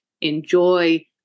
enjoy